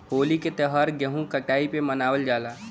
होली क त्यौहार गेंहू कटाई पे मनावल जाला